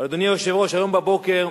אדוני היושב-ראש, היום בבוקר,